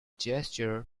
gesture